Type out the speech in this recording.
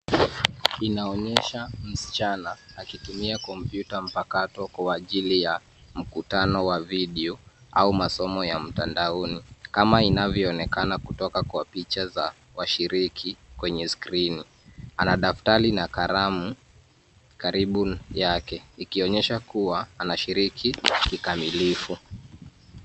Inaonyesha msichana akitumia kompyuta mpakato kwa ajili ya mkutano wa video au masomo ya mtandaoni kama inavyoonekana kutoka kwa picha za washiriki kwenye skrini. Ana daftari na kalamu karibu yake, ikionyesha kuwa anashiriki kikamilifu.